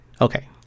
okay